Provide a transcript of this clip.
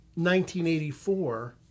1984